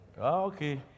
Okay